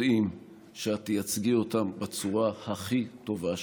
יודעים שאת תייצגי אותם בצורה הכי טובה שאפשר.